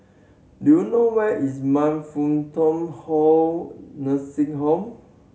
do you know where is Man Fut Tong Hold Nursing Home